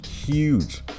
Huge